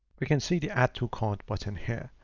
we can see the add to cart button here,